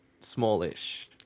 smallish